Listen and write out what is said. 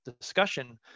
discussion